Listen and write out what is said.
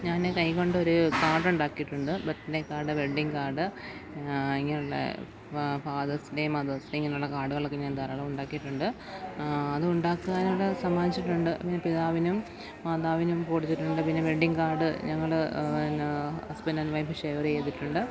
ഞാൻ കൈ കൊണ്ടൊരു കാർഡുണ്ടാക്കിയിട്ടുണ്ട് birthday card wedding card ഇങ്ങനെയുള്ള ഫാദേഴ്സ് ഡേ മദേഴ്സ് ഡേ ഇങ്ങനെയുള്ള കാർഡുകളൊക്കെ ഞാൻ ധാരാളമുണ്ടാക്കിയിട്ടുണ്ട് അതുണ്ടാക്കുവാനുള്ള സാധനം വാങ്ങിച്ചിട്ടുണ്ട് പിതാവിനും മാതാവിനും കൊടുത്തിട്ടുണ്ട് പിന്നെ വെഡ്ഡിങ്ങ് കാർഡ് ഞങ്ങൾ എന്നാൽ ഹസ്ബൻഡ് ആൻഡ് വൈഫ് ഷെയർ ചെയ്തിട്ടുണ്ട്